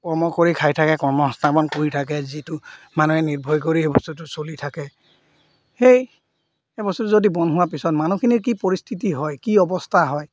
কৰ্ম কৰি খাই থাকে কৰ্ম সংস্থাপন কৰি থাকে যিটো মানুহে নিৰ্ভৰ কৰি সেই বস্তুটো চলি থাকে সেই সেই বস্তুটো যদি বন্ধ হোৱাৰ পিছত মানুহখিনিৰ কি পৰিস্থিতি হয় কি অৱস্থা হয়